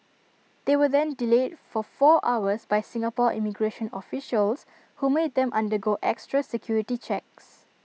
they were then delayed for four hours by Singapore immigration officials who made them undergo extra security checks